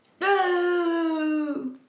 No